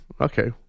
Okay